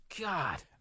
God